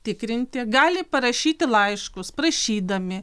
tikrinti gali parašyti laiškus prašydami